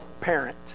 parent